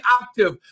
octave